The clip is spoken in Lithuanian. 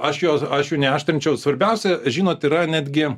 aš jos aš neaštrinčiau svarbiausia žinot yra netgi